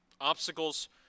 Obstacles